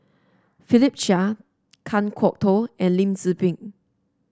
Philip Chia Kan Kwok Toh and Lim Tze Peng